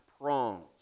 prongs